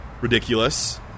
ridiculous